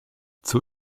zur